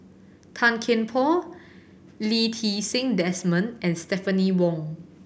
Tan Kian Por Lee Ti Seng Desmond and Stephanie Wong